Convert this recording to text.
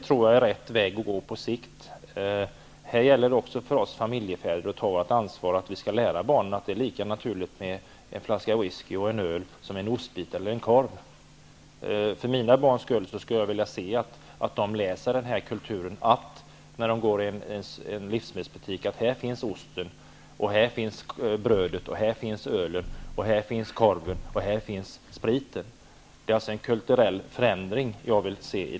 Här gäller det också för oss familjefäder att ta vårt ansvar -- att lära barnen att det är lika naturligt med en flaska whisky och en öl som med en ostbit och en korv. För mina barns skull vill jag se att de lär sig den här kulturen. När de går i en livsmedelsbutik skall de se att här finns osten, här finns brödet, här finns ölet, här finns korven, och här finns spriten. Det är alltså en kulturell förändring jag vill se.